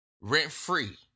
rent-free